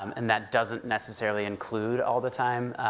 um and that doesn't necessarily include all the time,